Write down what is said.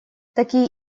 такие